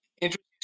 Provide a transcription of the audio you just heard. interesting